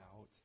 out